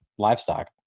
Livestock